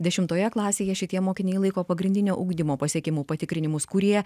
dešimtoje klasėje šitie mokiniai laiko pagrindinio ugdymo pasiekimų patikrinimus kurie